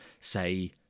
say